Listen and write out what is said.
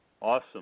Awesome